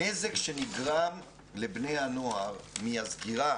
הנזק שנגרם לבני הנוער מהסגירה